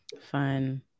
fun